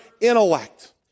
intellect